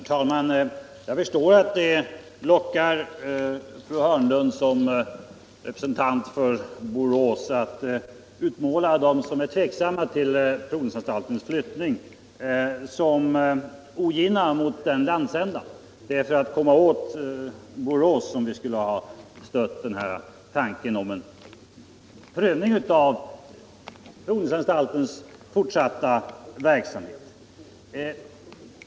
Herr talman! Jag förstår att det lockar fru Hörnlund såsom representant för Borås att utmåla dem som är tveksamma till provningsanstaltens flyttning såsom ogina mot den landsändan. För att komma åt Borås skulle vi alltså stödja tanken på en prövning av provningsanstaltens fortsatta verksamhet.